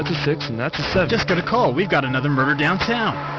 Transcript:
ah six and that's so just got a call, we've got another murder downtown!